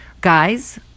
Guys